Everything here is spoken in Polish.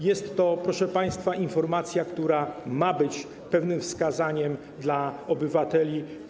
Jest to, proszę państwa, informacja, która ma być pewnym wskazaniem dla obywateli.